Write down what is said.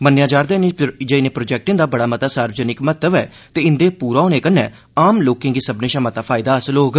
मन्नेआ जा'रदा ऐ जे इनें प्रोजेक्टें दा बड़ा मता सार्वजनिक महत्व ऐ ते इंदे पूरा होने परैन्त आम लोकें गी सब्मनें षा मता लाह् हासल होग